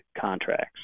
contracts